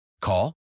Call